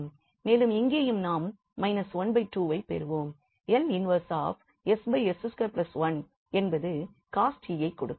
மேலும் இங்கேயும் நாம் ½ வை பெறுவோம் என்பது cost ஐ கொடுக்கும்